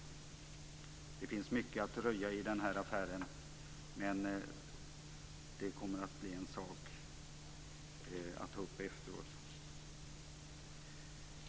Det finns mycket att röja i den här affären, men det kommer att bli en sak att ta upp efteråt.